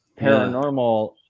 paranormal